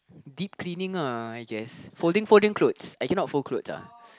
deep cleaning ah I guess folding folding clothes I cannot fold clothes ah